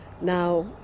Now